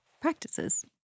practices